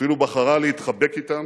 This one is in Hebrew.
אפילו בחרה להתחבק אתם,